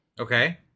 okay